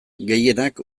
gehienak